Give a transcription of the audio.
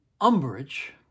umbrage